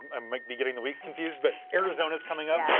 i might be getting the weeks confused. but arizona is coming up.